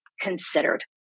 considered